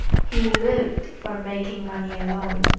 he lived for making money alone.